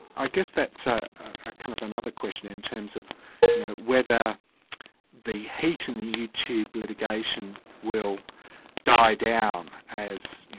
i guess that's ah ah kind of another question in terms of you know whether the heat in the youtube litigation will die down as